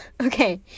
Okay